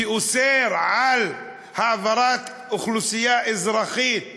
שאוסר העברת אוכלוסייה אזרחית